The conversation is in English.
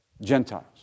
Gentiles